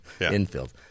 infield